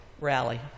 rally